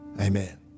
Amen